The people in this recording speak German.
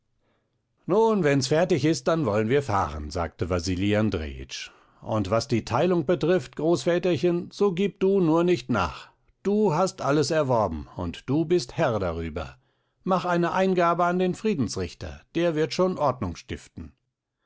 nun wenn's fertig ist dann wollen wir fahren sagte wasili andrejitsch und was die teilung betrifft großväterchen so gib du nur nicht nach du hast alles erworben und du bist herr darüber mach eine eingabe an den friedensrichter der wird schon ordnung stiften